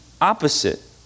opposite